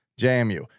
JMU